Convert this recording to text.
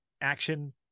Action